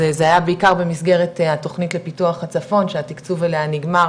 אז זה היה בעיקר במסגרת התוכנית לפיתוח הצפון שהתקצוב עליה נגמר